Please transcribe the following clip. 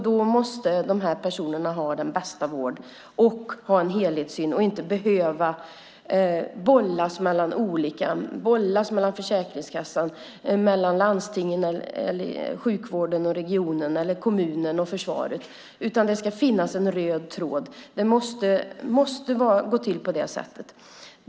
Då måste dessa personer ha den bästa vården, och vi måste ha en helhetssyn så att de slipper bollas mellan Försäkringskassan, landstingen, sjukvården i regionen, kommunen och försvaret. Det ska finnas en röd tråd. Det måste gå till på det sättet.